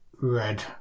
red